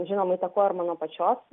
žinoma įtakojo ir mano pačios